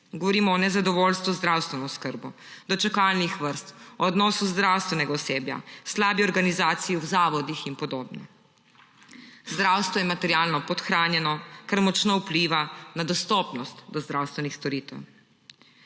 Govorimo o nezadovoljstvu z zdravstveno oskrbo, do čakalnih vrst, o odnosu zdravstvenega osebja, slabi organizaciji v zavodih in podobno. Zdravstvo je materialno podhranjeno, kar močno vpliva na dostopnost do zdravstvenih storitev.